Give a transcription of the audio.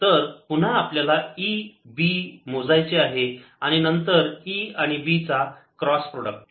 तर पुन्हा आपल्याला E B मोजायचे आहे आणि नंतर E आणि B चा क्रॉस प्रॉडक्ट